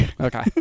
Okay